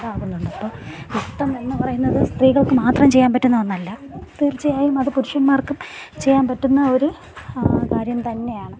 ഇതാവുന്നുണ്ട് അപ്പം നൃത്തം എന്നത് പറയുന്നത് സ്ത്രീകൾക്ക് മാത്രം ചെയ്യാൻ പറ്റുന്ന ഒന്നല്ല തീർച്ചയായും അത് പുരുഷന്മാർക്കും ചെയ്യാൻ പറ്റുന്നൊരു കാര്യം തന്നെയാണ്